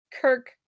kirk